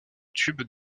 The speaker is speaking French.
tubes